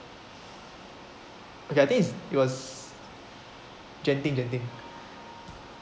okay I think is it was genting genting